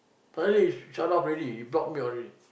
finally he shut off already he block me all already